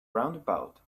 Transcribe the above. roundabout